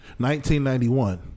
1991